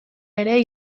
ere